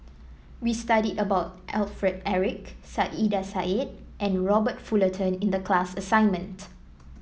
we studied about Alfred Eric Saiedah Said and Robert Fullerton in the class assignment